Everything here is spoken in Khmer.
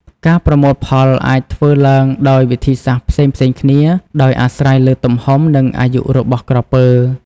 ការប្រមូលផលអាចធ្វើឡើងដោយវិធីសាស្ត្រផ្សេងៗគ្នា ដោយអាស្រ័យលើទំហំ និងអាយុរបស់ក្រពើ។